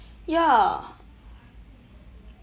ya